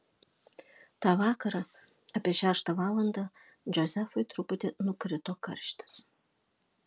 tą vakarą apie šeštą valandą džozefui truputį nukrito karštis